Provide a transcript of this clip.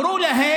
ואז אמרו להם,